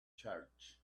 church